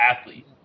athlete